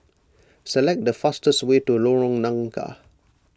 select the fastest way to Lorong Nangka